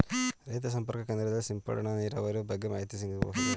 ರೈತ ಸಂಪರ್ಕ ಕೇಂದ್ರದಲ್ಲಿ ಸಿಂಪಡಣಾ ನೀರಾವರಿಯ ಬಗ್ಗೆ ಮಾಹಿತಿ ಸಿಗಬಹುದೇ?